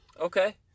okay